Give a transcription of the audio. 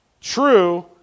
true